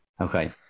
okay